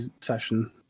session